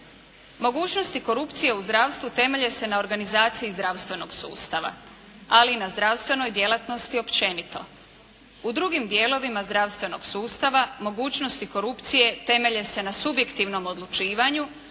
Mogućnosti korupcije u zdravstvu temelje se na organizaciji zdravstvenog sustava, ali i na zdravstvenoj djelatnosti općenito. U drugim dijelovima zdravstvenog sustava, mogućnosti korupcije temelje se na subjektivnom odlučivanju,